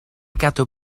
gadw